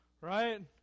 Right